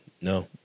No